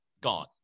gone